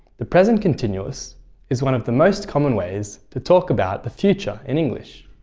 the present continuous is one of the most common ways to talk about the future in english.